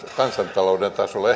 kansantalouden tasolla